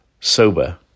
sober